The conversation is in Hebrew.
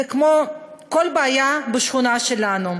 זה כמו כל בעיה בשכונה שלנו: